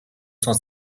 cent